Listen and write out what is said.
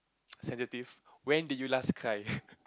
sensitive when did you last cry